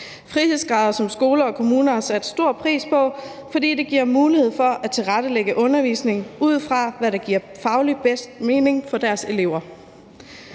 frihedsgrader, som skoler og kommuner har sat stor pris på, fordi det giver en mulighed for at tilrettelægge undervisningen, ud fra hvad der fagligt giver bedst mening for deres elever.